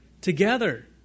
together